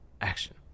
action